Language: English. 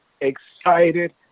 excited